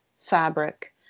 fabric